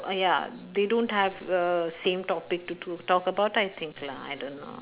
uh ya they don't have err same topic to to talk about I think lah I don't know